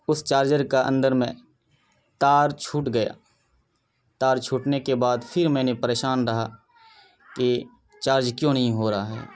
اس charger کا اندر میں تار چھوٹ گیا تار چھوٹنے کے بعد پھر میں نے پریشان رہا کہ چارج کیوں نہیں ہو رہا ہے